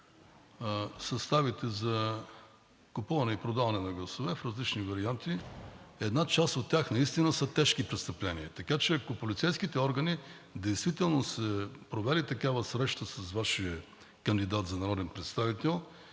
съставите за купуване и продаване на гласове в различни варианти, една част от тях наистина са тежки престъпления. Така че ако полицейските органи действително са провели такава среща с Вашия кандидат за народен представител